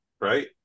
Right